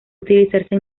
utilizarse